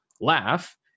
Laugh